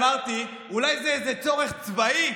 אמרתי: אולי זה איזה צורך צבאי,